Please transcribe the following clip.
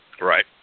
Right